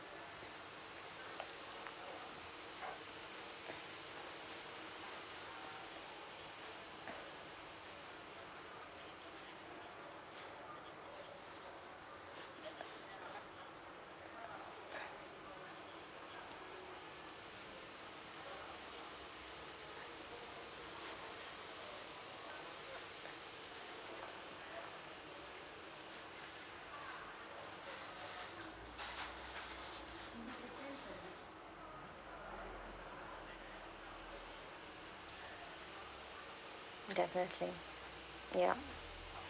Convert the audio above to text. definitely yup